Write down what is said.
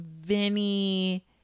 Vinny